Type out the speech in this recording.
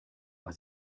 war